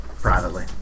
Privately